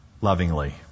lovingly